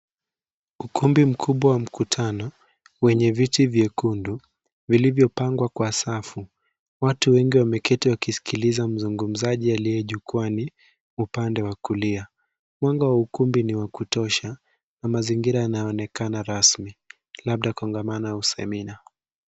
Ukumbi mkubwa wa mkutano wenye viti vyekundu vilivyopangwa kwa safu. Watu wengi wameketi wakisikiliza mzungumzaji aliye jukwani upande wa kulia. Mwanga wa ukumbi ni wa kutosha na mazingira yanaonekana rasmi, labda kongamano au semina.